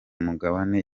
mugabane